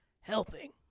helping